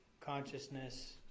consciousness